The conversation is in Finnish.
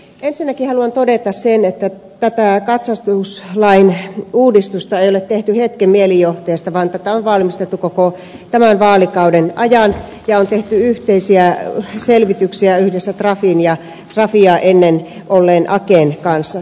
ensinnäkin haluan todeta sen että tätä katsastuslain uudistusta ei ole tehty hetken mielijohteesta vaan tätä on valmisteltu koko vaalikauden ajan ja on tehty yhteisiä selvityksiä yhdessä trafin ja trafia ennen olleen aken kanssa